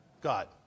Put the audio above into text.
God